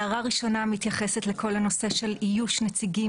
הערה ראשונה מתייחסת לכל הנושא איוש נציגים